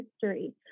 history